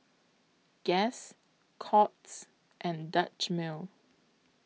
Guess Courts and Dutch Mill